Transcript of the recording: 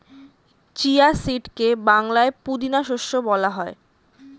chia সিডকে বাংলায় পুদিনা শস্য বলা হয়